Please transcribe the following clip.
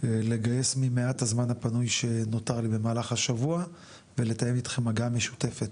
לגייס ממעט הזמן הפנוי שנותר לי במהלך השבוע ולתאם איתכם הגעה משותפת,